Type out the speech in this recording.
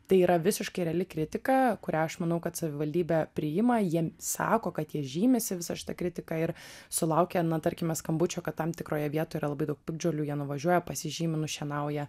tai yra visiškai reali kritika kurią aš manau kad savivaldybė priima jie sako kad jie žymisi visą šitą kritiką ir sulaukę na tarkime skambučio kad tam tikroje vietoje yra labai daug piktžolių jie nuvažiuoja pasižymi nušienauja